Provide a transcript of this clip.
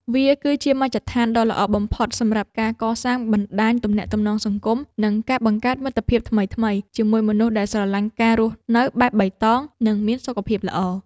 វាគឺជាមជ្ឈដ្ឋានដ៏ល្អបំផុតសម្រាប់ការកសាងបណ្ដាញទំនាក់ទំនងសង្គម និងការបង្កើតមិត្តភាពថ្មីៗជាមួយមនុស្សដែលស្រឡាញ់ការរស់នៅបែបបៃតង និងមានសុខភាពល្អ។